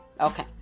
Okay